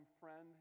friend